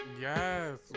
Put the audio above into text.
Yes